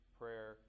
prayer